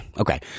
Okay